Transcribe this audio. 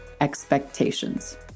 expectations